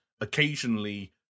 occasionally